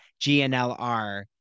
GNLR